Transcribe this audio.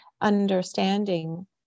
understanding